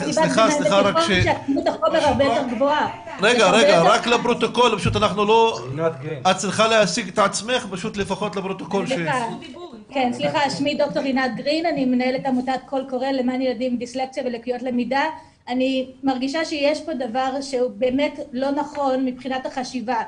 מרגישה שיש פה דבר שהוא באמת לא נכון מבחינת החשיבה.